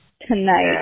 tonight